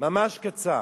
ממש קצר.